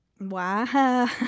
Wow